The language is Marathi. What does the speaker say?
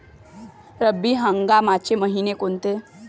रब्बी हंगामाचे मइने कोनचे?